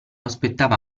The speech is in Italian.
aspettava